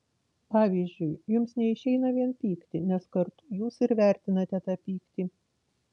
pavyzdžiui jums neišeina vien pykti nes kartu jūs ir vertinate tą pyktį